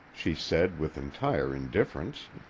she said with entire indifference.